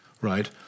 right